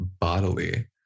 bodily